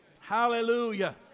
Hallelujah